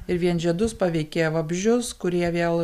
ir vien žiedus paveikė vabzdžius kurie vėl